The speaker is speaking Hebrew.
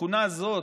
התכונה הזו,